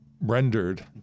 rendered